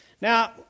Now